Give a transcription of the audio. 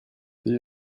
the